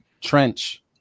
Trench